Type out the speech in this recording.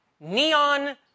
neon